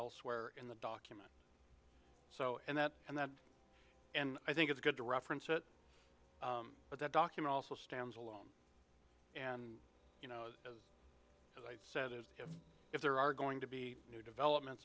elsewhere in the document so and that and that and i think it's good to reference it but that document also stands alone and you know as i said it is if there are going to be new developments